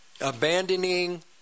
abandoning